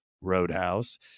roadhouse